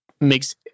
makes